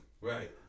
Right